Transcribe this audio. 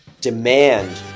demand